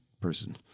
person